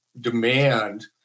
demand